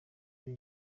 ari